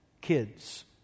kids